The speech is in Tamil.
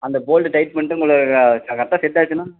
அந்த போல்டு டைட் பண்ணிட்டு உங்களுக்கு க கரெக்டாக செட் ஆயிடுச்சின்னால்